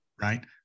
right